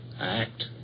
act